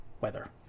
weather